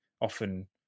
often